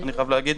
אני חייב להגיד,